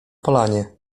polanie